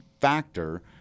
factor